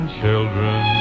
children